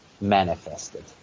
manifested